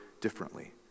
differently